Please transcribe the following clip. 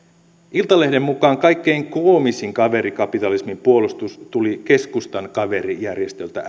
iltalehden mukaan kaikkein koomisin kaverikapitalismin puolustus tuli keskustan kaverijärjestöltä